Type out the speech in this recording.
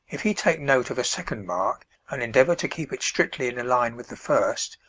if he take note of a second mark and endeavour to keep it strictly in a line with the first,